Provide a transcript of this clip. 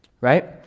right